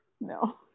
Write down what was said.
no